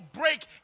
break